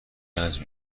رنج